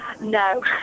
No